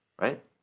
right